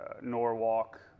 Norwalk